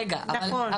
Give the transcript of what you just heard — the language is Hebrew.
רגע,